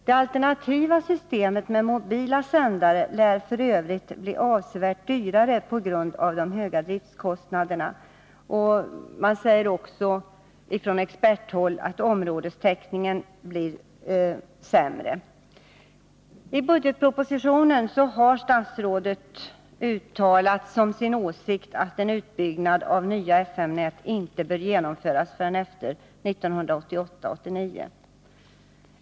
Det alternativa systemet med mobila sändare lär f. ö. bli avsevärt dyrare på grund av de höga driftkostnaderna. På experthåll säger man också att områdestäckningen blir sämre. I budgetpropositionen har statsrådet uttalat som sin åsikt att en utbyggnad av nya FM-nät inte bör genomföras förrän efter 1988/89.